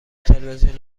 تلویزیون